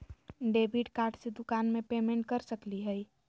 Debit card से दुकान में पेमेंट कर सकली हई?